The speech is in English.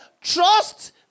trust